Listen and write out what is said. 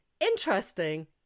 interesting